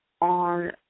on